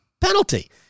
penalty